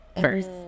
first